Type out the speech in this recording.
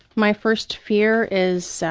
my first fear is, so